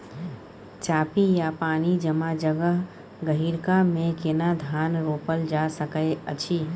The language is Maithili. चापि या पानी जमा जगह, गहिरका मे केना धान रोपल जा सकै अछि?